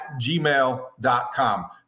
gmail.com